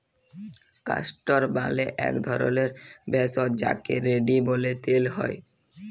castor মালে এক ধরলের ভেষজ যাকে রেড়ি ব্যলে তেল হ্যয়